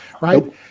Right